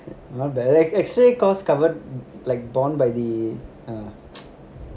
not bad like actually costs covered like born by the uh